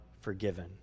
forgiven